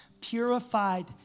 purified